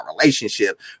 relationship